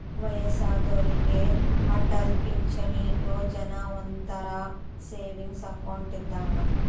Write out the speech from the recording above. ವಯ್ಯಸ್ಸಾದೋರಿಗೆ ಅಟಲ್ ಪಿಂಚಣಿ ಯೋಜನಾ ಒಂಥರಾ ಸೇವಿಂಗ್ಸ್ ಅಕೌಂಟ್ ಇದ್ದಂಗ